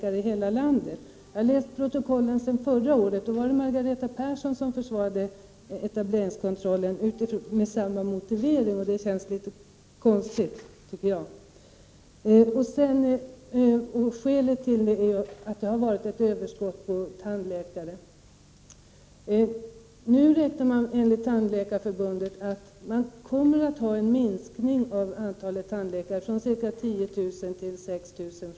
Jag har läst protokollen från debatten om denna fråga förra året. Då var det Margareta Persson som försvarade etableringskontrollen med samma motivering. Detta känns litet konstigt. Anledningen till etableringskontrollen är alltså att det har funnits ett överskott på tandläkare. Nu beräknar Tandläkarförbundet att det framöver kommer att bli en minskning av antalet tandläkare från ca 10 000 till 6 000.